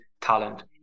talent